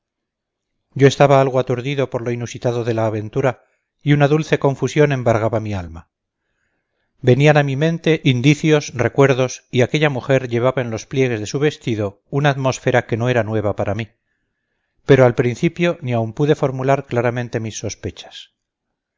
yo estaba algo aturdido por lo inusitado de la aventura y una dulce confusión embargaba mi alma venían a mi mente indicios recuerdos y aquella mujer llevaba en los pliegues de su vestido una atmósfera que no era nueva para mí pero al principio ni aun pude formular claramente mis sospechas